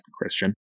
Christian